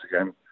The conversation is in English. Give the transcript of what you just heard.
again